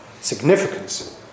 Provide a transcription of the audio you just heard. significance